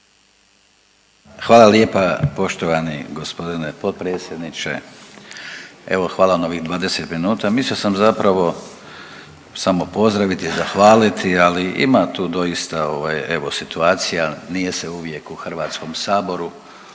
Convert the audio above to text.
Hvala lijepa poštovani g. potpredsjedniče. Evo hvala na ovih 20 minuta. Mislio sam zapravo samo pozdraviti, zahvaliti, ali ima tu doista ovaj evo, situacija, nije se uvijek u HS-u u